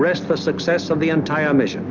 rest the success of the entire mission